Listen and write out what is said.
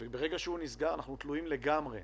ברגע שהוא נסגר אנחנו תלויים לגמרי,